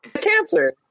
cancer